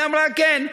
היא אמרה שכן.